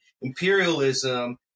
imperialism